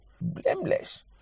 blameless